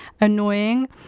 annoying